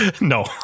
no